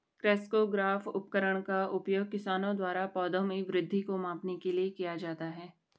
crescograph उपकरण का उपयोग किसानों द्वारा पौधों में वृद्धि को मापने के लिए किया जाता है